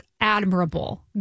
admirable